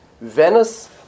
Venice